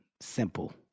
simple